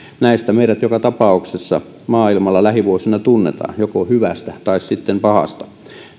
näistä meidät joka tapauksessa maailmalla lähivuosina tunnetaan joko hyvässä tai sitten pahassa